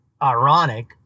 ironic